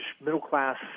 middle-class